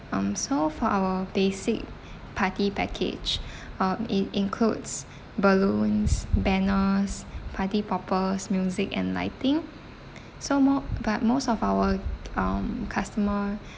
um so for our basic party package uh it includes balloons banners party poppers music and lighting so mo~ but most of our um customer